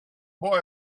boy